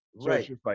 Right